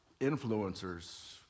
influencers